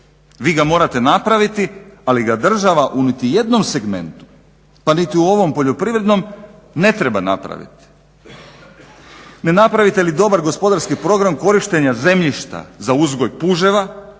Vi ga morate napraviti ali ga država u niti jednom segmentu pa niti u ovom poljoprivrednom ne treba napraviti. Ne napravite li dobar gospodarski program korištenja zemljišta za uzgoj puževa